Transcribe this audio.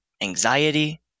anxiety